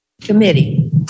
committee